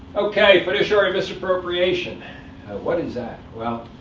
ok, fiduciary misappropriation what is that? well,